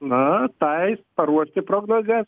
na tais paruošti prognozes